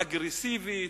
אגרסיבית,